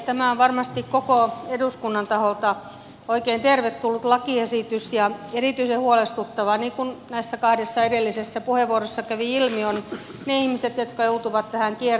tämä on varmasti koko eduskunnan taholta oikein tervetullut lakiesitys ja erityisen huolestuttava on niin kuin näissä kahdessa edellisessä puheenvuorossa kävi ilmi niiden ihmisten tilanne jotka joutuvat tähän kierteeseen